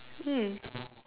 mm